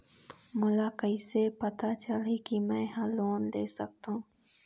मोला कइसे पता चलही कि मैं ह लोन ले सकथों?